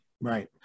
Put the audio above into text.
Right